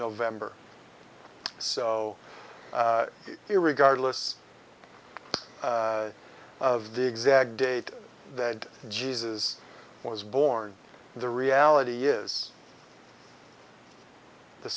november so here regardless of the exact date that jesus was born the reality is the